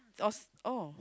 or oh